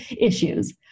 issues